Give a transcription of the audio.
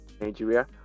Nigeria